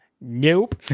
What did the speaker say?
Nope